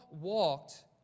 walked